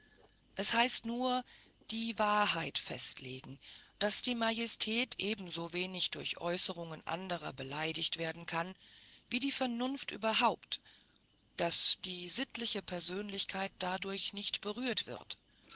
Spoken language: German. es heißt nur die wahrheit festlegen daß die majestät ebensowenig durch äußerungen anderer beleidigt werden kann wie die vernunft überhaupt daß die sittliche persönlichkeit dadurch nicht berührt wird